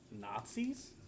Nazis